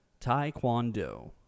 taekwondo